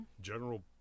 General